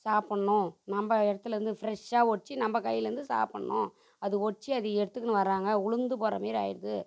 சாப்பிட்ணும் நம்ப இடத்துலருந்து ஃப்ரெஷ்ஷாக ஒடிச்சு நம்ப கையிலேருந்து சாப்பிட்ணும் அது ஒடிச்சு அது எடுத்துக்கின்னு வர்றாங்க உழுந்து போடுறமேரி ஆயிடுது